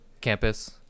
campus